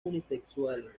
unisexuales